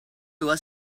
was